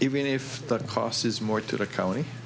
even if the cost is more to the county